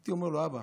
הייתי אומר לו: אבא,